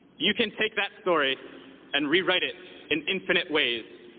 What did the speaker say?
you can take that story and rewrite it in infinite ways.